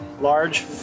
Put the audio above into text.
large